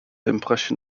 impression